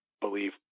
believe